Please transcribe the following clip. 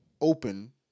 open